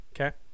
okay